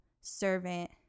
servant